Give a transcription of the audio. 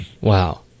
Wow